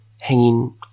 hanging